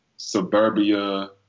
Suburbia